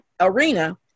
arena